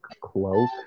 cloak